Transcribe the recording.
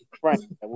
Frank